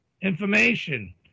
information